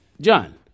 John